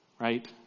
right